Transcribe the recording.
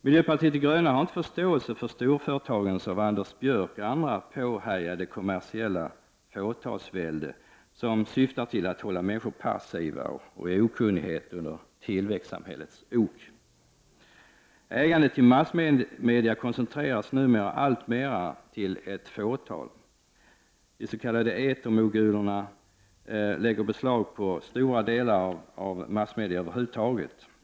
Miljöpartiet de gröna har inte förståelse för storföretagens av Anders Björck och andra påhejade kommersiella fåtalsvälde, som syftar till att hålla människor passiva och i okunnighet under tillväxtsamhällets ok. Ägandet i massmedia koncentreras alltmera till ett fåtal. De s.k. etermogulerna lägger beslag på stora delar av massmedia.